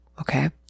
okay